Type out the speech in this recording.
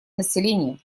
населения